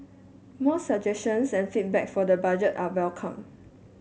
more suggestions and feedback for the Budget are welcome